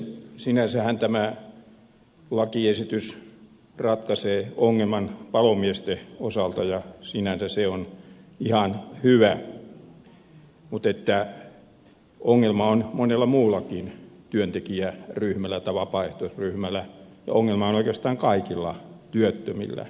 sinänsähän tämä lakiesitys ratkaisee ongelman palomiesten osalta ja sinänsä se on ihan hyvä mutta ongelma on monella muullakin vapaaehtoisryhmällä ja ongelma on oikeastaan kaikilla työttömillä